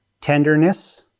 Tenderness